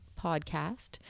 podcast